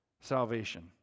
salvation